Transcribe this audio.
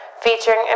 featuring